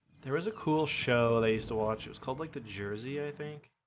there was a cool show they used to watch it was called like the jersey i think